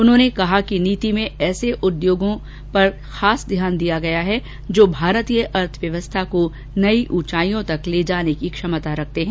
उन्होंने कहा कि नीति में ऐसे उद्योग क्षेत्रों पर खास ध्यान दिया गया है जो भारतीय अर्थव्यवस्था को नयी ऊंचाईयों तक ले जाने की क्षमता रखते हैं